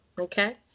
Okay